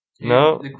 No